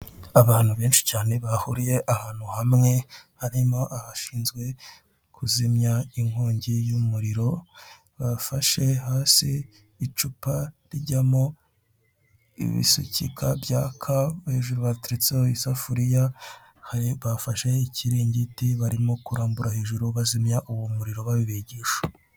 Abantu benshi cyane bahuriye ahantu hamwe, harimo abashinzwe kuzimya inkongi y'umuriro bafashe hasi icupa rijyamo ibisukika byaka, hejuru hateretseho isafuriya hari bafashe ikiringiti barimo kurambura hejuru bazimya uwo muriro babibigisha.